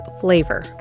flavor